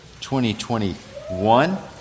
2021